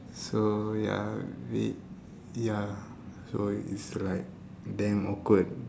so ya we ya so is like damn awkward